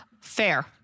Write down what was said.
Fair